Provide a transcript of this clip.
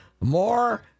more